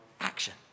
action